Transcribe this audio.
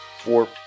four